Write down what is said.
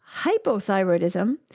hypothyroidism